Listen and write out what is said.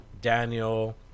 Daniel